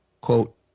Quote